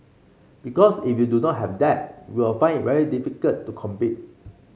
because if you do not have that you will find it very difficult to compete